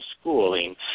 schooling